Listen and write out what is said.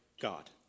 God